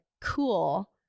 cool